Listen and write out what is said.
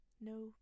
no